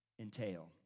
entail